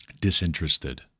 disinterested